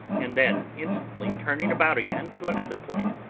and then instantly turning about again to another point,